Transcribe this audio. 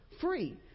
free